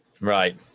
Right